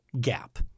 gap